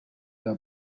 the